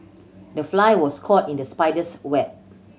the fly was caught in the spider's web